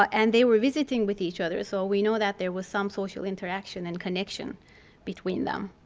and they were visiting with each other. so we know that there was some social interaction and connection between them.